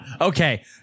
Okay